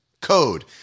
code